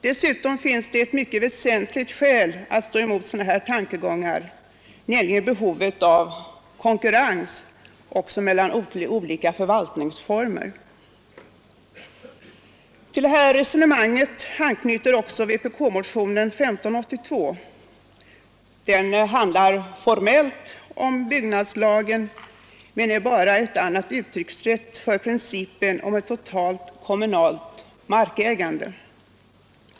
Dessutom finns det ett väsentligt skäl mot sådana tankegångar, nämligen behovet av konkurrens också mellan olika förvaltningsformer. Till detta resonemang anknyter också vpk-motionen nr 1582. Den handlar formellt om byggnadslagen, men den är bara ett annat uttryckssätt för principen om ett totalt kommunalt markägande.